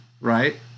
right